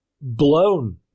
blown